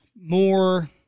more